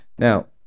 Now